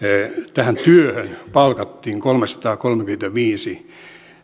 tähän työhön palkattiin kolmesataakolmekymmentäviisi